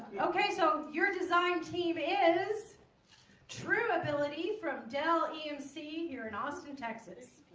okay so your design team is true mobility from dell emc you're in austin texas